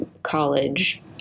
college